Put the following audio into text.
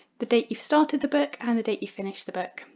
the date you've started the book and the date you finished the book.